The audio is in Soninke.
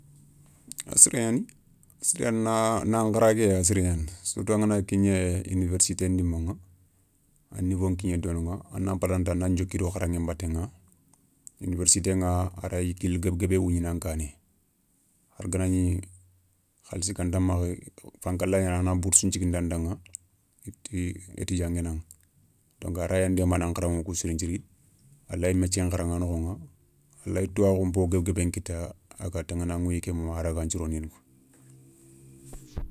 A siré gnani siré gnani, na nkhara ké a siré gnani surtout angana kigné université ndimaηa a niveau nga kigné dononba a nan patanta a na dioki do kharaηé nbatéηa, universitéηa a rayi kilé guébé guébé wougnina nkané. har ganagni khalsi ganta makha fanka lay gnana ana boursou nthigidanda ti étudiant nguenaηa donc aray an démana an kharaηu ku sirin nthiri alayi métier nkha kharaηa a noxoηa, a layi tuwaakhu npo guebe guebe nkita a ga taηana a wuyi ké muma a ragga nsirondini.